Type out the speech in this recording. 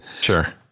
Sure